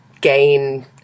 gain